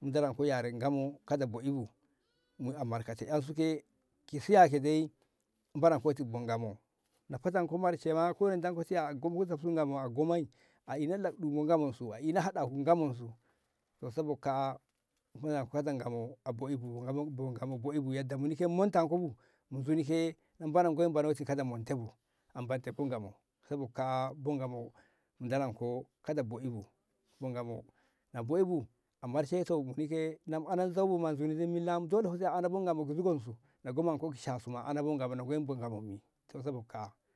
mo dolonko yare Ngamo bo'i bu a markate ensu na fatanko marshe ma ko na duko tiya a ishe ƴan su a ina lakɗu bo Ngamon su a ina haɗaku bo Ngamon su to sabo kaa'a bo Ngamo a bo'i bu muni ke yadda mu shutenko nzuni ke mo doloko kada monte bu sabo kaa'a mo doloko bo Ngamo mante bu milla na a ana bo Ngamo ki zugon su na goman ko ki shasu ma a ana bo Ngamo ki zugon su to sobot kaa'a.